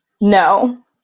No